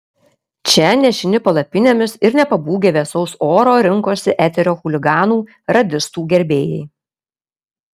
čia nešini palapinėmis ir nepabūgę vėsaus oro rinkosi eterio chuliganų radistų gerbėjai